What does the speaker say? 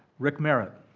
rick marriott.